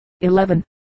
Eleven